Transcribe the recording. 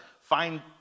find